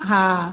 हा